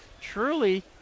truly